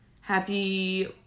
Happy